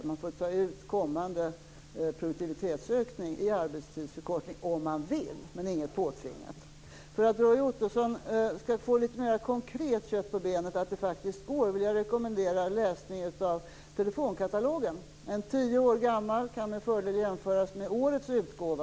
Man får ta ut kommande produktivitetsökning i arbetstidsförkortning - om man vill. Inget skall vara påtvingat. För att Roy Ottosson litet mer konkret skall få kött på benen i fråga om att det faktiskt går vill jag rekommendera läsning av telefonkatalogen. En tio år gammal kan med fördel jämföras med årets utgåva.